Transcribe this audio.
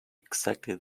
exactly